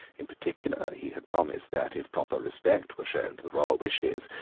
in particular he had promised that, if proper respect were shown to the royal wishes,